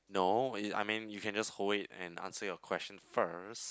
no I mean you can just hold it and answer your question first